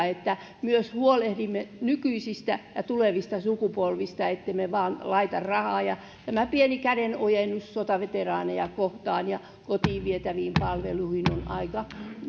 että myös huolehdimme nykyisistä ja tulevista sukupolvista ettemme vain laita rahaa tämä pieni kä denojennus sotaveteraaneja kohtaan ja kotiin vietäviin palveluihin on aika